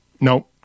No